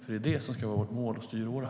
Det är det som ska vara vårt mål och vår styråra.